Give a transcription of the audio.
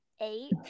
eight